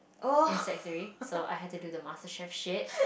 in sec three so I had to do the Master Chef shit